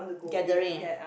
gathering